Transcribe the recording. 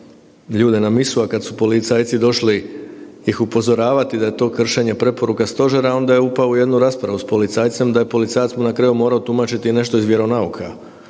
ljude na misu, a kad su policajci došli ih upozoravati da je to kršenje preporuka stožera onda je upao u jednu raspravu s policajcem da je policajac mu na kraju morao tumačiti nešto iz vjeronauka,